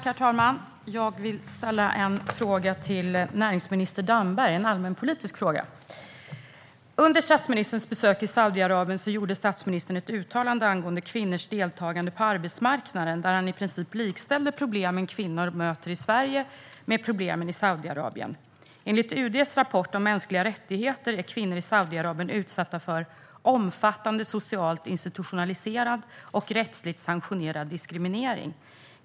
Herr talman! Jag vill ställa en allmänpolitisk fråga till näringsminister Damberg. Under besöket i Saudiarabien gjorde statsministern ett uttalande angående kvinnors deltagande på arbetsmarknaden där han i princip likställde problemen kvinnor möter i Sverige med problemen i Saudiarabien. Enligt UD:s rapport om mänskliga rättigheter är kvinnor i Saudiarabien utsatta för omfattande socialt institutionaliserad och rättsligt sanktionerad diskriminering.